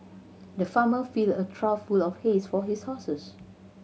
the farmer filled a trough full of hay for his horses